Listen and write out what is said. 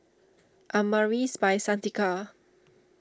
Amaris By Santika